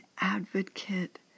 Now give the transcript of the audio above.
advocate